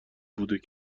بود